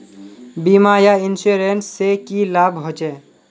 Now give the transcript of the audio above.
बीमा या इंश्योरेंस से की लाभ होचे?